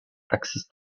access